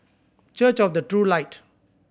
Church of the True Light